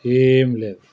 ఏం లేదు